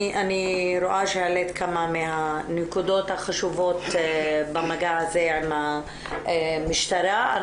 אני רואה שהעלית כמה מהנקודות החשובות במגע הזה עם המשטרה.